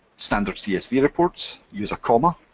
standard csv reports use a comma,